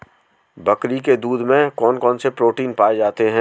बकरी के दूध में कौन कौनसे प्रोटीन पाए जाते हैं?